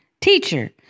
teacher